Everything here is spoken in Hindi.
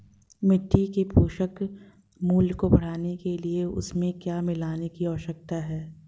मिट्टी के पोषक मूल्य को बढ़ाने के लिए उसमें क्या मिलाने की आवश्यकता है?